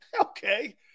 Okay